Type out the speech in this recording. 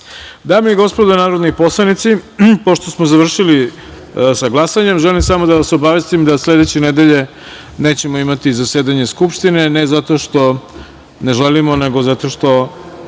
i gospodo narodni poslanici, pošto smo završili sa glasanjem, želim samo da vas obavestim da sledeće nedelje nećemo imati zasedanje Skupštine ne zato što ne želimo, nego zato što